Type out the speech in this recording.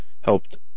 helped